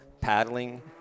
paddling